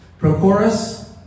Prochorus